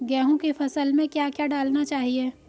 गेहूँ की फसल में क्या क्या डालना चाहिए?